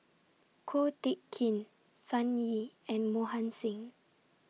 Ko Teck Kin Sun Yee and Mohan Singh